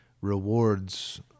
rewards